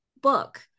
book